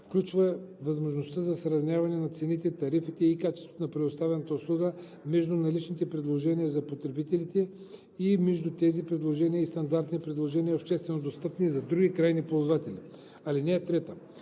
включва възможността за сравняване на цените, тарифите и качеството на предоставяната услуга между наличните предложения за потребителите и между тези предложения и стандартните предложения, общественодостъпни за други крайни ползватели. (3) Средствата